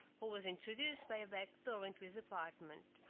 who was introduced by a back door into his apartment.